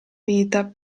vita